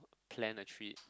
plan a trip